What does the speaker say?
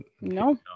no